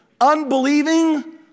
unbelieving